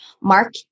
mark